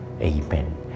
Amen